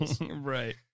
Right